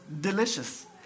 delicious